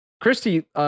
Christy